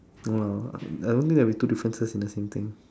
no lah I don't think there would be two differences in the same thing